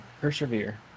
Persevere